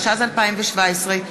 התשע"ז 2017,